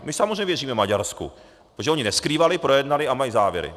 My samozřejmě věříme Maďarsku, že oni neskrývali, projednali a mají závěry.